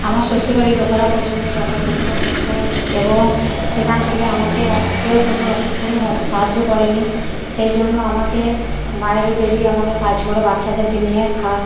আমার শ্বশুর বাড়ির লোকেরা প্রচণ্ড জ্বালা যন্ত্রণা করত এবং সেখান থেকে আমাকে কেউ কোনোরকম কোনোভাবে সাহায্য করেনি সেই জন্য আমাকে বাইরে বেরিয়ে আমাকে কাজ করে বাচ্চাদেরকে নিয়ে খাওয়া